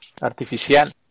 artificial